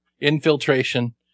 infiltration